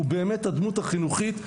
הוא באמת הדמות החינוכית.